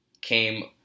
came